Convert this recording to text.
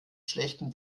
schlechten